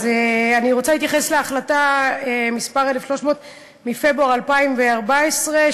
אז אני רוצה להתייחס להחלטה מס' 1300 מפברואר 2014,